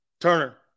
Turner